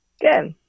Good